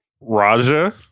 Raja